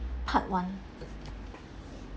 part one